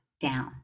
down